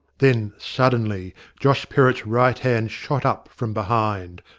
then suddenly josh perrott's right hand shot up from behind,